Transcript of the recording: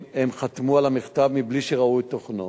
הם חתמו על המכתב מבלי שראו את תוכנו,